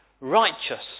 righteous